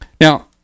now